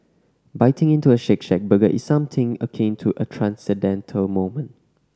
biting into a Shake Shack burger is something akin to a transcendental moment